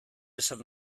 esan